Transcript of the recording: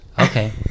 Okay